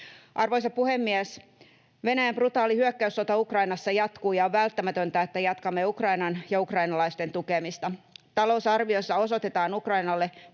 Arvoisa puhemies! Venäjän brutaali hyökkäyssota Ukrainassa jatkuu, ja on välttämätöntä, että jatkamme Ukrainan ja ukrainalaisten tukemista. Talousarviossa osoitetaan Ukrainalle